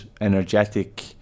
energetic